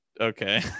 okay